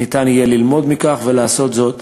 יהיה אפשר ללמוד מכך ואכן לעשות זאת